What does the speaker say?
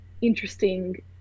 interesting